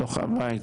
בתוך הבית.